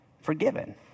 forgiven